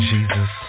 Jesus